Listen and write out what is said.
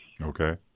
okay